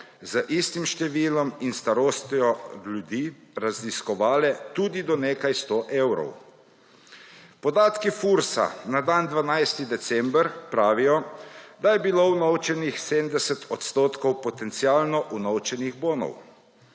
z istim številom in starostjo ljudi razlikovale tudi do nekaj sto evrov. Podatki Fursa na dan 12. december pravijo, da je bilo vnovčenih 70 % potencialno vnovčljivih bonov.